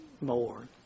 more